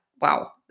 Wow